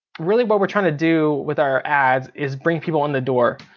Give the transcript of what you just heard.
really what we're trying to do with our ads is bring people in the door.